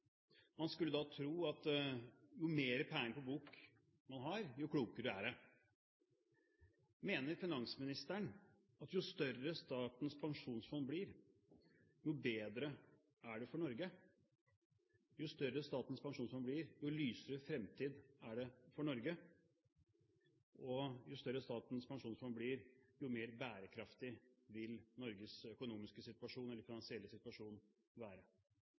skulle da tro at jo mer penger på bok man har, jo klokere er det. Mener finansministeren at jo større Statens pensjonsfond blir, jo bedre er det for Norge, jo større Statens pensjonsfond blir, jo lysere fremtid er det for Norge, og jo større Statens pensjonsfond blir, jo mer bærekraftig vil Norges finansielle situasjon